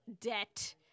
debt